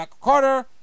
Carter